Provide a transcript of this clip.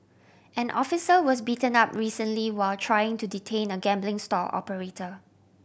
an officer was beaten up recently while trying to detain a gambling stall operator